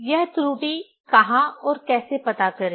यह त्रुटि कहां और कैसे पता करें